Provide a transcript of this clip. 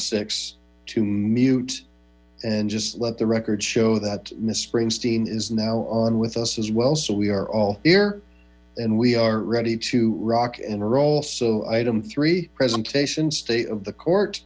six to mute and just let the record show that miss springs is now on with us as well so we are all hee and we are ready to rock and roll so item three presentation state of the court